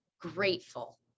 grateful